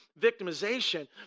victimization